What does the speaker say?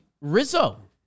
Rizzo